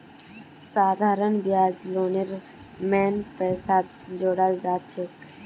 साधारण ब्याज लोनेर मेन पैसात जोड़ाल जाछेक